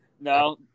No